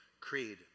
Creed